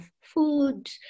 food